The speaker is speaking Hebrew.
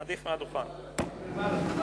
אדוני היושב-ראש,